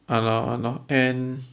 ah lor ah lor and